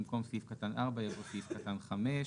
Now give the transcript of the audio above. במקום סעיף קטן (4) יבוא סעיף קטן (5).